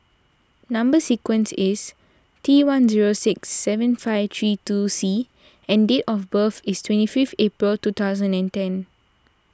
Number Sequence is T one zero six seven five three two C and date of birth is twenty fifth April two thousand and ten